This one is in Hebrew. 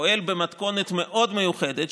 פועל במתכונת מאוד מיוחדת,